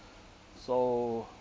so